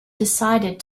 decided